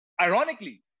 ironically